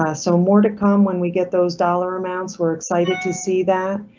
ah so more to come when we get those dollar amounts were excited to see that.